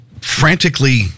frantically